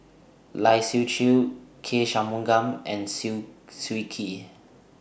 Lai Siu Chiu K Shanmugam and Swee Kee